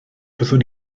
byddwn